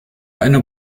eine